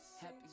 Happy